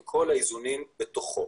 עם כל האיזונים בתוכו.